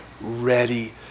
ready